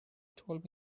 told